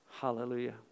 Hallelujah